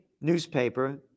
newspaper